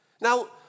Now